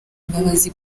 imbabazi